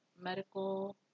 medical